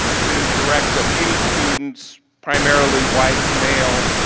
to direct a few students primarily white male,